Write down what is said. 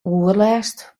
oerlêst